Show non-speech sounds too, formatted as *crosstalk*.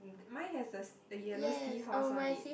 mine has a *noise* yellow sea horse on it